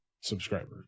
subscriber